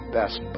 best